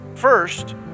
First